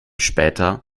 später